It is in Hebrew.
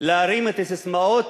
להרים את הססמאות,